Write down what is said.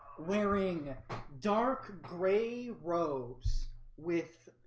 wearing dark grey robes with